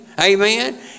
Amen